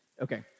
Okay